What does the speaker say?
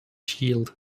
shield